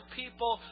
people